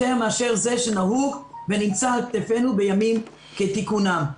מאשר זה שנהוג ונמצא על כתפינו בימים כתיקונם.